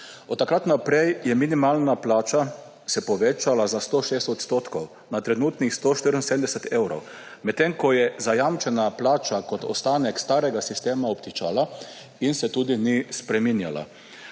Od takrat naprej se je minimalna plača povečala za 106 %, na trenutnih 174 evrov, medtem ko je zajamčena plača kot ostanek starega sistema obtičala in se tudi ni spreminjala.